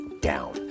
down